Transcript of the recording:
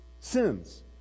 sins